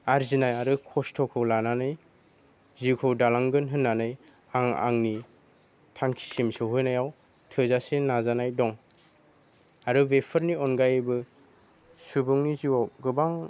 आरजिनाय आरो खस्थ'खौ लानानै जिउखौ दालांगोन होननानै आं आंनि थांखिसिम सहैनायाव थोजासे नाजानाय दं आरो बेफोरनि अनगायैबो सुबुंनि जिउआव गोबां